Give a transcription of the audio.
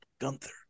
Gunther